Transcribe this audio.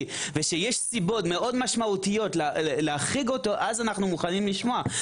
ושיש סיבות מאוד משמעותיות להחריג אותו אז אנו מוכנים לשמוע.